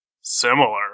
similar